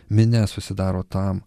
minia susidaro tam